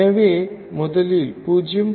எனவே முதலில் 0